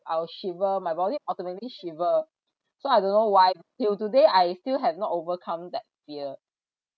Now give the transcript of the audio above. I will shiver my body automatically shiver so I don't know why till today I still have not overcome that fear